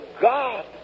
God